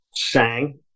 sang